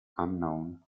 unknown